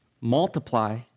multiply